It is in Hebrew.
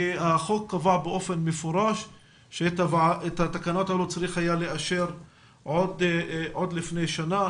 החוק קבע באופן מפורש שאת התקנות האלה צריך היה לאשר לפני שנה,